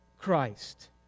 Christ